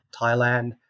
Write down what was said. Thailand